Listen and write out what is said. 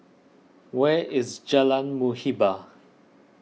where is Jalan Muhibbah